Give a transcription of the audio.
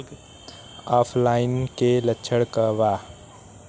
ऑफलाइनके लक्षण क वा?